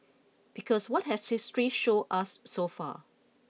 because what has history show us so far